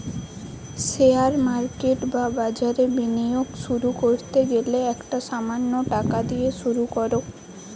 share market বা বাজারে বিনিয়োগ শুরু করতে গেলে একটা সামান্য টাকা দিয়ে শুরু করো